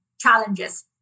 challenges